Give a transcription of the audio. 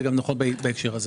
זה גם נכון בהקשר הזה.